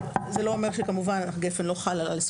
זה לא אומר שגפ"ן לא חל על העל יסודיים,